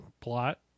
plot